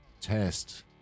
test